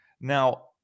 Now